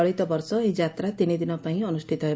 ଚଳିତବର୍ଷ ଏହି ଯାତ୍ରା ତିନିଦିନ ପାଇଁ ଅନୁଷିତ ହେବ